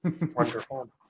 Wonderful